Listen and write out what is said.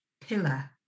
pillar